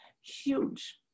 huge